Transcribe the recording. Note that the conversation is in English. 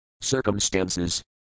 circumstances